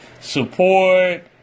support